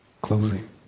closing